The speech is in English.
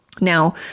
now